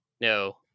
No